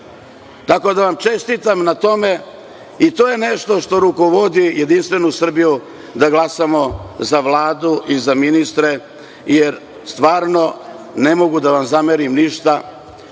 Tako da vam čestitam na tome i to je nešto što rukovodi jedinstvenu Srbiju da glasamo za Vladu i za ministre, jer stvarno ne mogu da vam zamerim ništa.E,